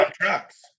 trucks